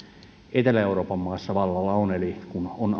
etelä euroopan maassa vallalla on eli kun on